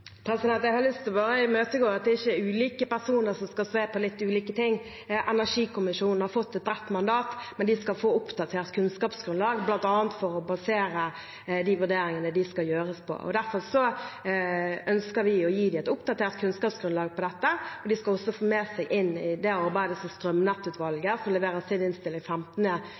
Jeg har lyst til bare å imøtegå noe: Det er ikke ulike personer som skal se på litt ulike ting. Energikommisjonen har fått et bredt mandat, men de skal få et oppdatert kunnskapsgrunnlag å basere vurderingene på. Derfor ønsker vi å gi dem et oppdatert kunnskapsgrunnlag til dette. Inn i det skal de også få med seg det arbeidet som strømnettutvalget, som leverer sin innstilling 15.